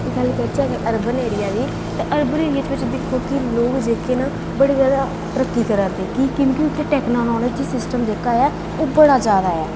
गल्ल करचै एगर अर्बन एरिया दी ते अर्बन एरिया च तुस दिक्खो की लोक जेह्के न बड़ी जादा तरक्की करा दे न की के उत्थें टेक्नोलॉजी दा सिस्टम जेह्का ऐ ओह् ओह् बड़ा जादा ऐ